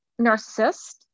narcissist